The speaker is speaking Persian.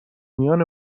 میان